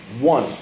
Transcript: One